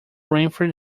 winfrey